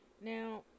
Now